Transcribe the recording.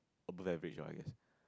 above average what I guess